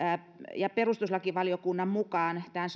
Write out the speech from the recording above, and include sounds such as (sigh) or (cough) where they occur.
perustuslakivaliokunnan mukaan tämän (unintelligible)